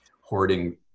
hoarding